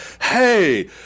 hey